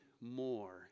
more